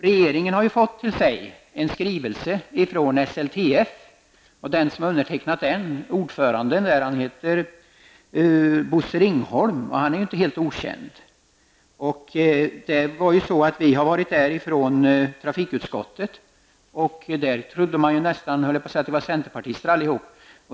Regeringen har fått en skrivelse från SLTF, och ordföranden som har undertecknat skrivelsen heter Bosse Ringholm, och han är ju inte helt okänd. När trafikutskottet var på besök kunde man nästan få intrycket, höll jag på att säga, att de var centerpartister allihop.